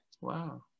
Wow